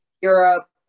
Europe